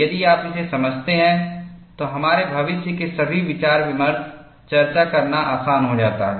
यदि आप इसे समझते हैं तो हमारे भविष्य के सभी विचार विमर्श चर्चा करना आसान हो जाता है